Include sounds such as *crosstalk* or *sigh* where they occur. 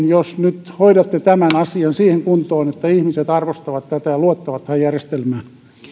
*unintelligible* jos nyt hoidatte tämän asian siihen kuntoon että ihmiset arvostavat tätä ja luottavat tähän järjestelmään